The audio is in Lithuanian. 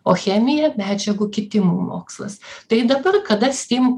o chemija medžiagų kitimo mokslas tai dabar kada stim